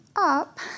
up